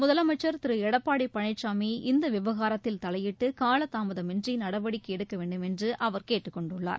முதலமைச்ச் திரு எடப்பாடி பழனிசாமி இந்த விவகாரத்தில் தலையிட்டு காலதாமதமின்றி நடவடிக்கை எடுக்க வேண்டுமென்று அவர் கேட்டுக் கொண்டுள்ளார்